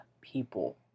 people